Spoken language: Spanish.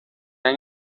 han